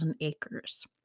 acres